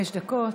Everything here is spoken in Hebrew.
בבקשה, חמש דקות.